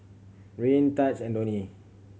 Reino Tahj and Donnie